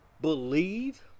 believe